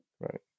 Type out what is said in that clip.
right